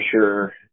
sure